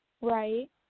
Right